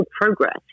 progress